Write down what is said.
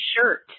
shirt